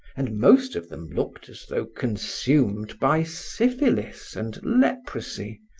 and most of them looked as though consumed by syphilis and leprosy,